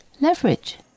leverage